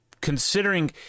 considering